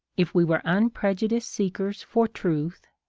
if we were un prejudiced seekers for truth,